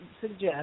suggest